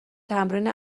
تمرین